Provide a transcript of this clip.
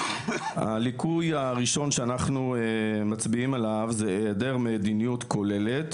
הליקוי שאנחנו מצביעים עליו זה העדר מדיניות כוללת